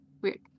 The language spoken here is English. Weird